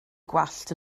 gwallt